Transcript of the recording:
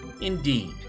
indeed